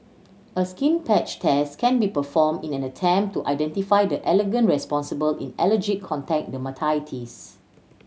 a skin patch test can be performed in an attempt to identify the allergen responsible in allergic contact dermatitis